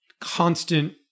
constant –